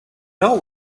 know